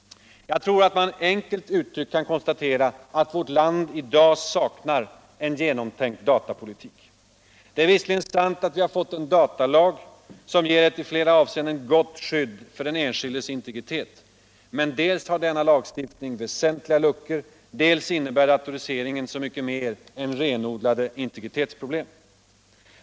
Jag tror att man enkelt uttryckt kan konstatera att vårt land i dag saknar en genomtänki datapolitik. Det är visserligen sant att vi fått en datalag som ger ett i flera avseenden gott skydd för den enskildes integritet, men dels har denna lagstiftning väsentliga luckor, dels innebär datoriseringen så mycket mer än renodlade integritetsproblem.